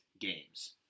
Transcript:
games